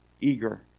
eager